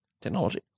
technology